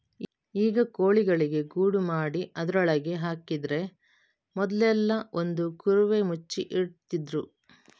ಈಗ ಕೋಳಿಗೆ ಗೂಡು ಮಾಡಿ ಅದ್ರೊಳಗೆ ಹಾಕಿದ್ರೆ ಮೊದ್ಲೆಲ್ಲಾ ಒಂದು ಕುರುವೆ ಮುಚ್ಚಿ ಇಡ್ತಿದ್ರು